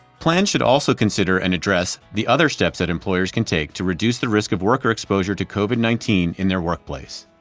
plans should also consider and address the other steps that employers can take to reduce the risk of worker exposure to covid nineteen in their workplace.